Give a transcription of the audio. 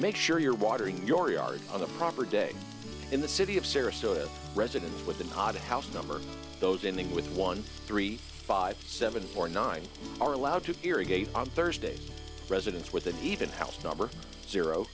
make sure you're watering your yard at the proper day in the city of syria so that residents with the odd house number those ending with one three five seven or nine are allowed to irrigate on thursdays residents with an even house number zero